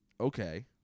Okay